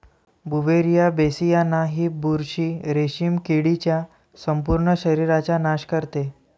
Beauveria bassiana ही बुरशी रेशीम किडीच्या संपूर्ण शरीराचा नाश करते